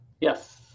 Yes